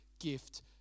gift